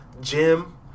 Jim